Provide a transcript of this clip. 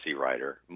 writer